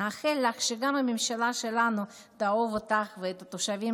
נאחל לך שגם הממשלה שלנו תאהב אותך ואת התושבים